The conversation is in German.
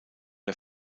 der